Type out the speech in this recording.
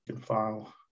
file